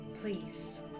Please